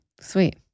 Sweet